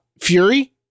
Fury